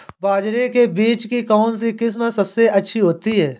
बाजरे के बीज की कौनसी किस्म सबसे अच्छी होती है?